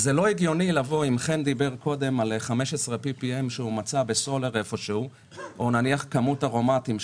חן דיבר קודם עלppm 15 שהוא מצא איפשהו בסולר או נניח כמות ארומטים,